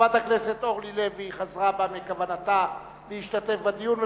חברת הכנסת אורלי לוי חזרה בה מכוונתה להשתתף בדיון,